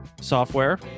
Software